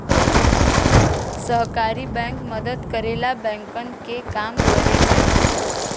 सहकारी बैंक मदद करला बैंकन के काम करे में